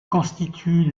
constitue